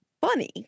funny